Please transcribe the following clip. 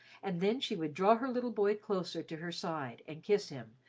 and then she would draw her little boy closer to her side and kiss him,